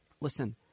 listen